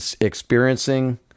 experiencing